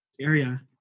area